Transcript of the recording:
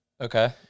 Okay